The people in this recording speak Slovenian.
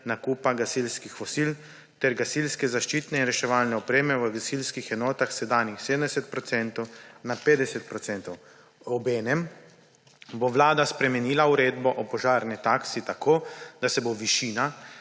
nakupa gasilskih vozil ter gasilske zaščitne in reševalne opreme v gasilskih enotah s sedanjih 70 procentov na 50 procentov. Obenem bo Vlada spremenila Uredbo o požarni taksi, tako da se bo višina